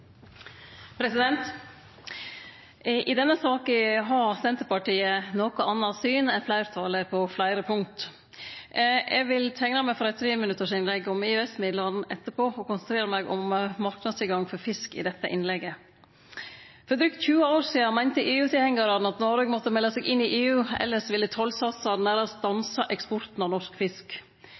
I denne saka har Senterpartiet eit noko anna syn enn fleirtalet på fleire punkt. Eg vil teikne meg for eit treminuttarsinnlegg om EØS-midlane etterpå og konsentrere meg om marknadstilgang for fisk i dette innlegget. For drygt 20 år sidan meinte EU-tilhengarane at Noreg måtte melde seg inn i EU, elles ville tollsatsane nærast stanse eksporten av norsk fisk.